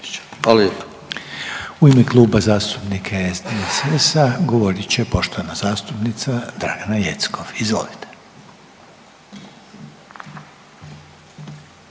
Hvala